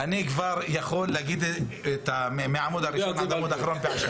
אני כבר יכול להגיד מהעמוד הראשון עד העמוד האחרון בעל-פה.